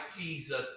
Jesus